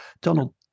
Donald